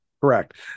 Correct